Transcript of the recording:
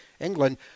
England